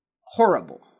horrible